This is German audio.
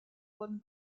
wurden